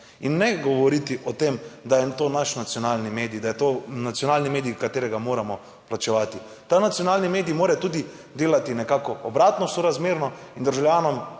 in ne govoriti o tem, da je to naš nacionalni medij, da je to nacionalni medij katerega moramo plačevati. Ta nacionalni medij mora tudi delati nekako obratno sorazmerno in državljanom